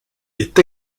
est